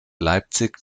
leipzig